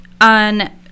on